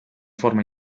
forma